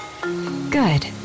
Good